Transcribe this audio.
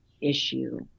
issue